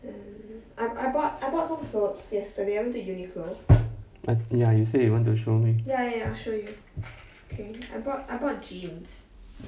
ya you say you want to show me